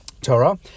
Torah